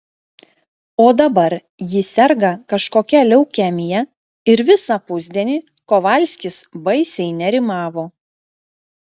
o dabar ji serga kažkokia leukemija ir visą pusdienį kovalskis baisiai nerimavo